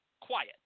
quiet